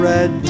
Red